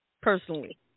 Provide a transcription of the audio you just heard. Personally